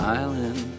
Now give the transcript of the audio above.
island